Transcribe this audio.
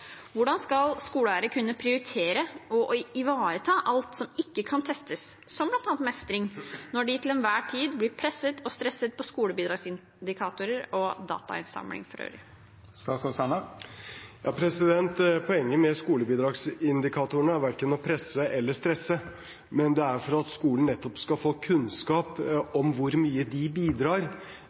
Hvordan skal skoleeiere kunne prioritere og ivareta alt som ikke kan testes, som bl.a. mestring, når de til enhver tid blir presset og stresset på skolebidragsindikatorer og datainnsamling for øvrig? Poenget med skolebidragsindikatorene er verken å presse eller stresse, det er at skolene nettopp skal få kunnskap om hvor mye de bidrar.